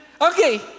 okay